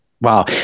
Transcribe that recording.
Wow